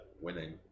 winning